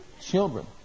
children